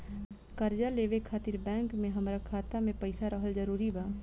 कर्जा लेवे खातिर बैंक मे हमरा खाता मे पईसा रहल जरूरी बा?